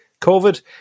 COVID